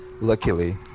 luckily